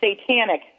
satanic